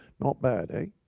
not bad, ay?